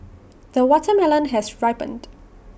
the watermelon has ripened